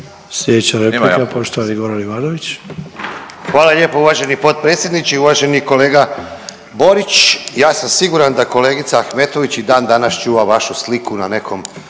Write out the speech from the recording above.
Slijedeća replika poštovani Goran Ivanović. **Ivanović, Goran (HDZ)** Hvala lijepo uvaženi potpredsjedniče i uvaženi kolega Borić ja sam siguran da kolegica Ahmetović i dan danas čuva vašu sliku na nekom